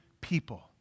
people